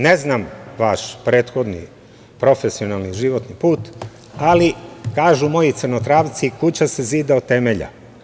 Ne znam vaš prethodni profesionalni životni put, ali kažu moji Crnotravci – kuća se zida od temelja.